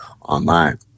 online